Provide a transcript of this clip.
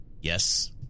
yes